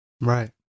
Right